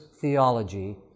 theology